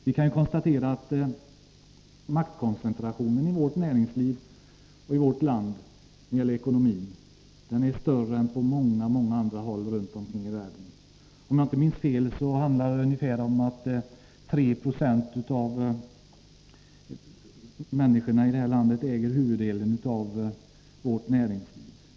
Vi kan konstatera att maktkoncentrationen i vårt näringsliv och i vårt land är större än på många andra håll i världen. Om jag inte minns fel, äger ungefär 3 70 av människorna i detta land huvuddelen av vårt näringsliv.